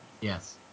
Yes